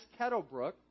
Kettlebrook